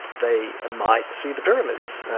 they might see the pyramids.